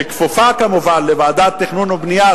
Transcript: שכפופה כמובן לוועדת תכנון ובנייה,